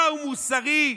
מהו מוסרי,